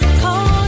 call